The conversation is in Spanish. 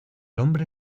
hombre